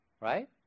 right